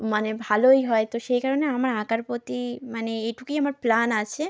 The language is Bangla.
মানে ভালোই হয় তো সেই কারণে আমার আঁকার প্রতি মানে এটুকুই আমার প্ল্যান আছে